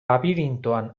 labirintoan